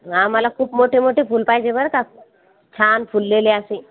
आम्हाला खूप मोठे मोठे फूल पाहिजे बरं का छान फुललेले असे